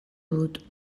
dut